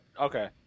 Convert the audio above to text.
Okay